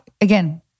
again